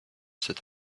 said